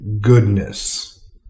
goodness